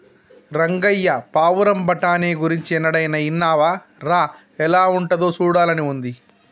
రంగయ్య పావురం బఠానీ గురించి ఎన్నడైనా ఇన్నావా రా ఎలా ఉంటాదో సూడాలని ఉంది